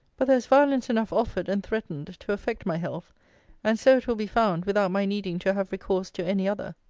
but there is violence enough offered, and threatened, to affect my health and so it will be found, without my needing to have recourse to any other,